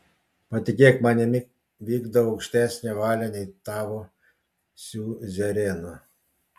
patikėk manimi vykdau aukštesnę valią nei tavo siuzereno